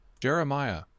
Jeremiah